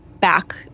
back